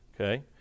Okay